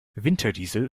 winterdiesel